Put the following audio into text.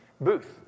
booth